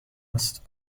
است